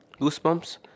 Goosebumps